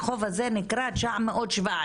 הרחוב הזה נקרא 917,